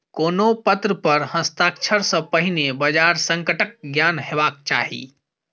कोनो पत्र पर हस्ताक्षर सॅ पहिने बजार संकटक ज्ञान हेबाक चाही